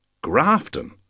Grafton